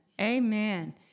Amen